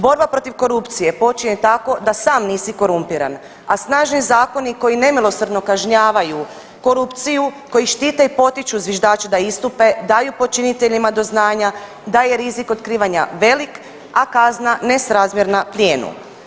Borba protiv korupcije počinje tako da sam nisi korumpiran, a snažni zakoni koji nemilosrdno kažnjavaju korupciju, koji štite i potiču zviždače da istupe daju počiniteljima do znanja da je rizik otkrivanja velik, a kazne nesrazmjerna plijenu.